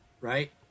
right